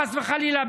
חס וחלילה,